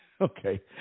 Okay